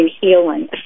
healing